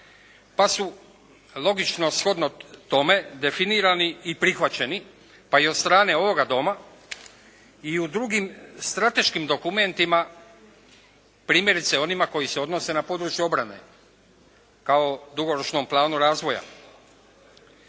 pa su logično, shodno tome definirani i prihvaćeni, pa i od strane ovoga Doma i u drugim strateškim dokumentima primjerice onima koji se odnose na područje obrane, kao dugoročnom planu razvoja.